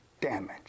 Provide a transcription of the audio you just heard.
damage